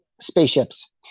Spaceships